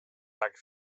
tak